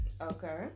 Okay